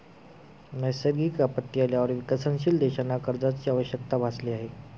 नैसर्गिक आपत्ती आल्यावर विकसनशील देशांना कर्जाची आवश्यकता भासली आहे